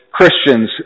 Christians